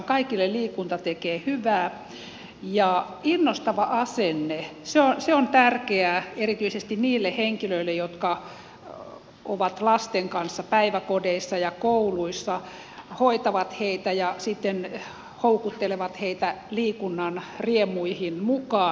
kaikille liikunta tekee hyvää ja innostava asenne on tärkeä erityisesti niillä henkilöillä jotka ovat lasten kanssa päiväkodeissa ja kouluissa hoitavat heitä ja sitten houkuttelevat heitä liikunnan riemuihin mukaan